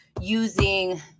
using